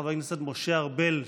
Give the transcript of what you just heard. חבר הכנסת משה ארבל,